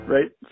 Right